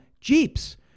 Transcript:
Jeeps